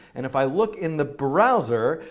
and if i look in the browser,